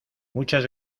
muchas